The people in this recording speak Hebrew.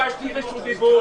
דיבור.